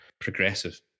progressive